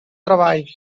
treball